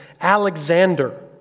Alexander